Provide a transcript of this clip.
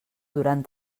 durant